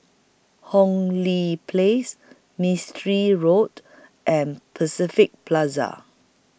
Hong Lee Place Mistri Road and Pacific Plaza